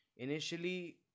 Initially